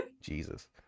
Jesus